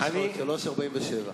יש לך עוד שלוש דקות ו-47 שניות.